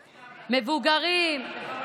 מבוגרים,